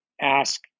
ask